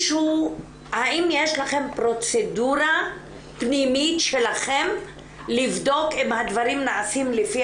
האם יש לכם פרוצדורה פנימית שלכם לבדוק אם הדברים נעשים לפי